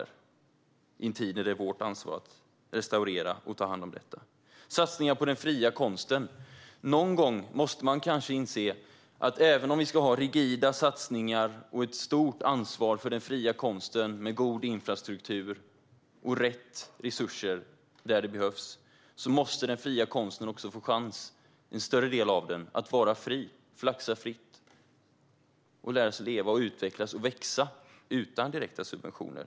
Det sker i en tid när det är vårt ansvar att restaurera och ta hand om dem. När det gäller satsningar på den fria konsten måste man kanske någon gång inse att även om vi ska ha rigida satsningar och stort ansvar för den fria konsten med god infrastruktur och rätt resurser där det behövs måste den fria konsten - en större del av den - också få chansen att vara fri, att flaxa fritt och lära sig leva och utvecklas och växa utan direkta subventioner.